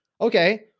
Okay